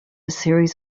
series